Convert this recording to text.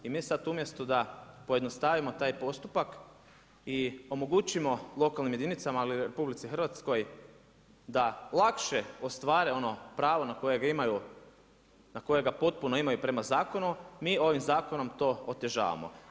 I mi sada umjesto da pojednostavimo taj postupak i omogućimo lokalnim jedinicama ali i RH da lakše ostvare ono pravo na koje ga potpuno imaju prema zakonu, mi ovim zakonom to otežavamo.